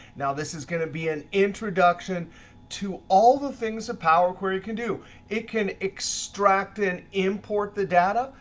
now this is going to be an introduction to all the things a power query can do. it can extract and import the data,